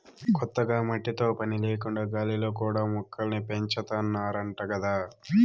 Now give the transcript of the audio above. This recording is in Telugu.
కొత్తగా మట్టితో పని లేకుండా గాలిలో కూడా మొక్కల్ని పెంచాతన్నారంట గదా